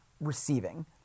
receiving